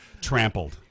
Trampled